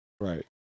right